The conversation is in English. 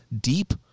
deep